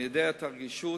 אני יודע את הרגישות.